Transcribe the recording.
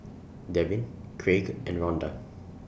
Devyn Craig and Ronda